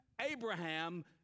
Abraham